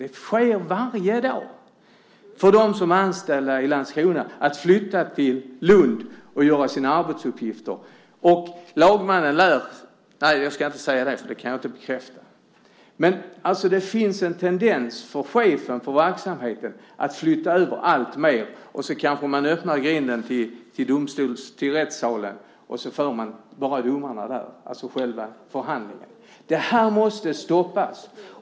Det sker varje dag för dem som är anställda i Landskrona och flyttar till Lund för att göra sina arbetsuppgifter. Det finns en tendens från chefen för verksamheten att flytta över alltmer. Och så kanske man öppnar grinden till rättssalen och bara får domarna där, alltså själva förhandlingen. Detta måste stoppas.